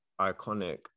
iconic